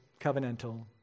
covenantal